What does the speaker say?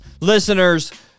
listeners